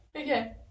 Okay